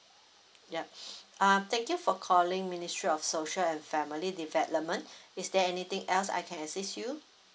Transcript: yup err thank you for calling ministry of social and family development is there anything else I can assist you